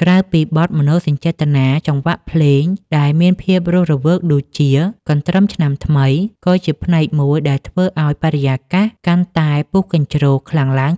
ក្រៅពីបទមនោសញ្ចេតនា ចង្វាក់ភ្លេងដែលមានភាពរស់រវើកដូចជា កន្ទ្រឹមឆ្នាំថ្មី ក៏ជាផ្នែកមួយដែលធ្វើឱ្យបរិយាកាសកាន់តែពុះកញ្ជ្រោលខ្លាំងឡើង